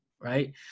right